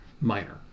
minor